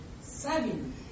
Seven